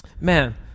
Man